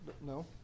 No